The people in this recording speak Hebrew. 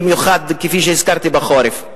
במיוחד בחורף,